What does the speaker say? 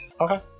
Okay